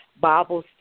Bible